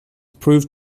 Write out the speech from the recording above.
proved